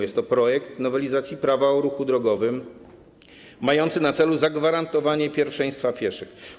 Jest to projekt nowelizacji Prawa o ruchu drogowym mający na celu zagwarantowanie pierwszeństwa pieszym.